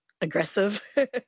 Aggressive